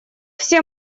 все